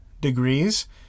degrees